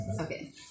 Okay